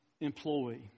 employee